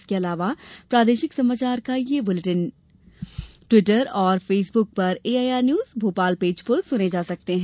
इसके अलावा प्रादेशिक समाचार बुलेटिन यू ट्यूब ट्विटर और फेसबुक पर एआईआर न्यूज भोपाल पेज पर सुने जा सकते हैं